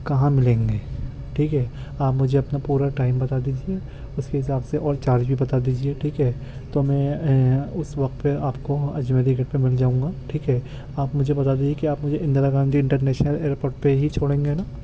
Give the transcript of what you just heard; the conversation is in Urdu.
کہاں ملیں گے ٹھیک ہے آپ مجھے اپنا پورا ٹائم بتا دیجیے اس کے حساب سے اور چارج بھی بتا دیجیے ٹھیک ہے تو میں اس وقت پہ آپ کو اجمیری گیٹ پہ مل جاؤں گا ٹھیک ہے آپ مجھے بتا دیجیے کہ آپ مجھے Indira Gandhi international airport پہ ہی چھوڑیں گے نا